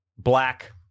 Black